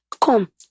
come